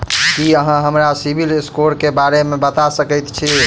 की अहाँ हमरा सिबिल स्कोर क बारे मे बता सकइत छथि?